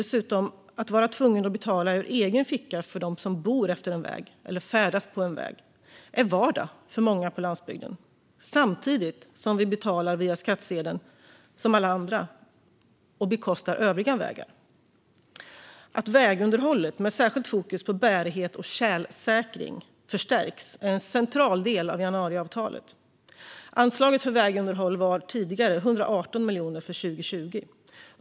Dessutom kan man vara tvungen att betala ur egen ficka för den väg man bor utmed och färdas på. Samtidigt betalar man som alla andra vägarna via skattsedeln och bekostar övriga vägar. Att vägunderhållet med särskilt fokus på bärighet och tjälsäkring förstärks är en central del av januariavtalet. Anslaget för vägunderhåll var tidigare 118 miljoner för 2020.